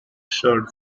showed